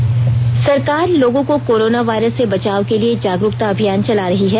corona सरकार लोगों को कोरोना वायरस से बचाव के लिए जागरूकता अभियान चला रही है